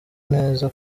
neza